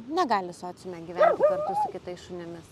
negali sociume gyventi kartu su kitais šunimi